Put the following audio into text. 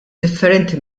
differenti